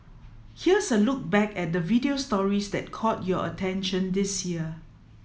here's a look back at the video stories that caught your attention this year